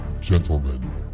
gentlemen